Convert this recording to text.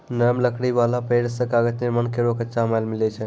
नरम लकड़ी वाला पेड़ सें कागज निर्माण केरो कच्चा माल मिलै छै